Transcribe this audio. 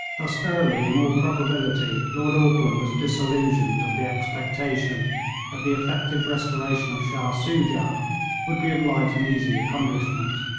thus early, in all probability, lord auckland was disillusioned of the expectation that the effective restoration of shah soojah would be of light and easy accomplishment,